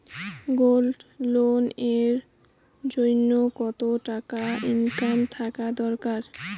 Gold loan এর জইন্যে কতো টাকা ইনকাম থাকা দরকার?